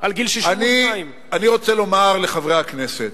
על גיל 62. אני רוצה לומר לחברי הכנסת: